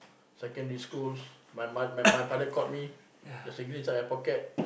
secondary school my my my my father caught me the cigarette inside my pocket